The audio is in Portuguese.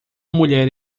mulher